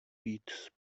být